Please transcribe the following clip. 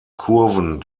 kurven